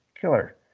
killer